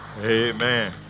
Amen